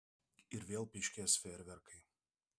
ir vėl pyškės fejerverkai